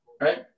right